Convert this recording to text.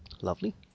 lovely